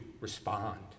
respond